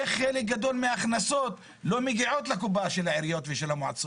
איך חלק גדול מההכנסות לא מגיעות לקופה של העיריות ושל המועצות.